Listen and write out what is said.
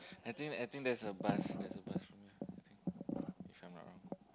I think I think there's a bus there's a bus from here I think if I'm not wrong